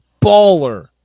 baller